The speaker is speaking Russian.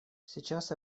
сейчас